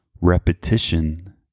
Repetition